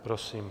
Prosím.